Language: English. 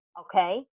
okay